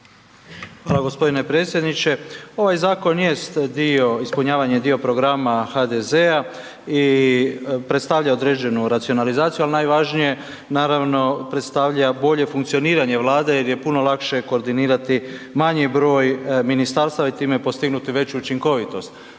Hvala g. predsjedniče. Ovaj zakon jest dio, ispunjavanje dio programa HDZ-a i predstavlja određenu racionalizaciju, ali najvažnije, naravno, predstavlja bolje funkcioniranje Vlade jer je puno lakše koordinirati manji broj ministarstava i time postignuti veću učinkovitost.